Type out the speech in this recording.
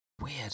Weird